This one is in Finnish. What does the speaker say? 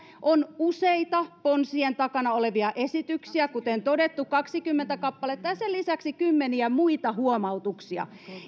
on useita ponsien takana olevia esityksiä kuten todettu kaksikymmentä kappaletta ja sen lisäksi kymmeniä muita huomautuksia